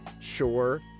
Sure